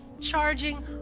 charging